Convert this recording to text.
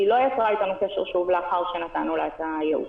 היא לא יצרה אתנו שוב קשר לאחר שנתנו לה את הייעוץ.